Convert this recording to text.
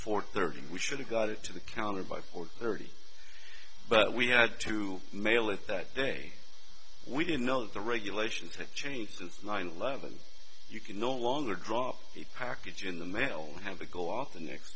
for thirty we should have got it to the counter by four thirty but we had to mail it that day we didn't know the regulations that changed since nine eleven you can no longer drop the package in the mail have to go off the next